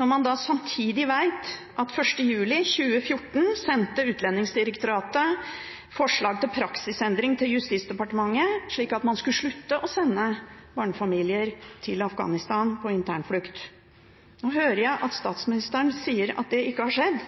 Samtidig vet man at Utlendingsdirektoratet 1. juli 2014 sendte forslag til praksisendring til Justisdepartementet, slik at man skulle slutte å sende barnefamilier til Afghanistan på internflukt. Nå hører jeg at statsministeren sier at det ikke har skjedd.